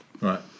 right